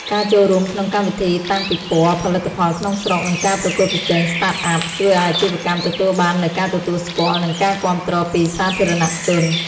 ការចូលរួមក្នុងកម្មវិធីតាំងពិព័រណ៍ផលិតផលក្នុងស្រុក និងការប្រកួតប្រជែង Startup ជួយឱ្យអាជីវកម្មទទួលបាននូវការទទួលស្គាល់ និងការគាំទ្រពីសាធារណជន។